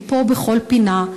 הם פה בכל פינה,